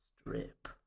Strip